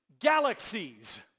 galaxies